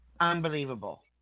unbelievable